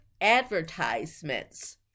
advertisements